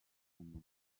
umumaro